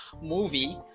movie